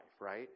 right